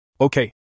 Okay